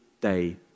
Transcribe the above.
day